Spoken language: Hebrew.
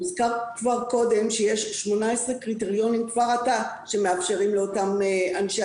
הוזכר כבר קודם שיש 18 קריטריונים כבר עתה שמאפשרים לזרים